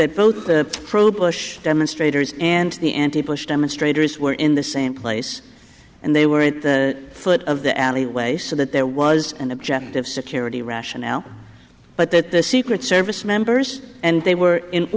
that both the pro bush demonstrators and the anti bush demonstrators were in the same place and they were at the foot of the alleyway so that there was an objective security rationale but that the secret service members and they were in